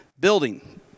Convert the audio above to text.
building